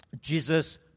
Jesus